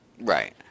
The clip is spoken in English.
Right